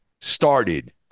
started